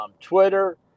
Twitter